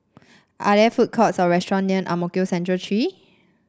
are there food courts or restaurant near Ang Mo Kio Central Three